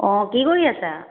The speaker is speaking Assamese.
অঁ কি কৰি আছা